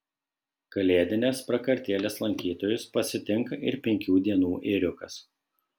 kalėdinės prakartėlės lankytojus pasitinka ir penkių dienų ėriukas